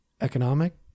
Economic